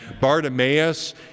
Bartimaeus